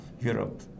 Europe